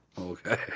Okay